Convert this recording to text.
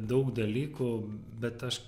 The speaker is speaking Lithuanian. daug dalykų bet aš